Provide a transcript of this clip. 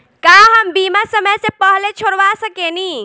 का हम बीमा समय से पहले छोड़वा सकेनी?